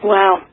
Wow